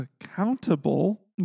accountable